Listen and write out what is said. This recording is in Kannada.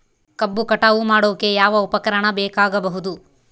ಕಬ್ಬು ಕಟಾವು ಮಾಡೋಕೆ ಯಾವ ಉಪಕರಣ ಬೇಕಾಗಬಹುದು?